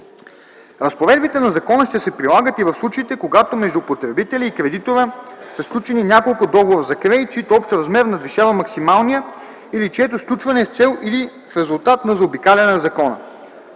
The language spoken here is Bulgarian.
Разпоредбите на закона ще се прилагат и в случаите, когато между потребителя и кредитора са сключени няколко договора за кредит, чийто общ размер надвишава максималния или чието сключване е с цел или в резултат на заобикаляне на закона.